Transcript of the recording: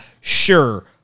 sure